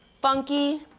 funky,